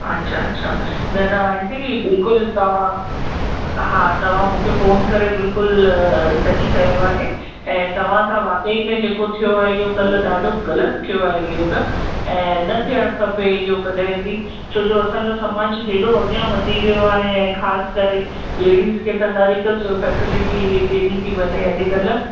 अच्छा अच्छा न न आंटी बिल्कुलु तव्हां हा तव्हां मूंखे फ़ोन करे बिल्कुलु सही कयो आहे ऐं तव्हां सां वाकई में इहो थियो आहे कल ॾाढो ग़लति थियो आहे इहो त ऐं न थियणु खपे इहो कॾहिं बि छो जो असांजो समाज हेॾो अॻियां वधी वियो आहे ऐं ख़ासिकरे लेडीज़ खे त हरहिक फ़ेसिलिटी ॾिनी थी वञे अॼु कल्ह